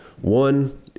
One